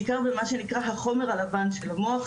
בעיקר במה שנקרא החומר הלבן של המוח,